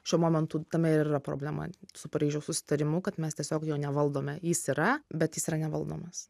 šiuo momentu tame ir yra problema su paryžiaus susitarimu kad mes tiesiog jo nevaldome jis yra bet jis yra nevaldomas